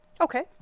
Okay